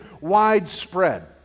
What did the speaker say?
widespread